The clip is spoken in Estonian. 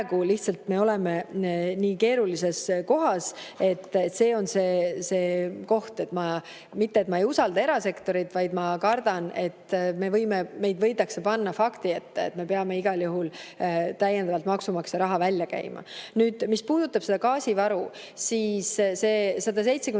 lihtsalt me oleme nii keerulises kohas, see on see murekoht. Mitte et ma ei usalda erasektorit, vaid ma kardan, et meid võidakse panna fakti ette, et me peame igal juhul täiendavalt maksumaksja raha välja käima. Nüüd, mis puudutab gaasivaru, siis see 170